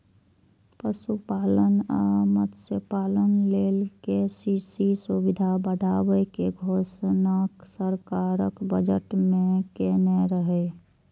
पशुपालन आ मत्स्यपालन लेल के.सी.सी सुविधा बढ़ाबै के घोषणा सरकार बजट मे केने रहै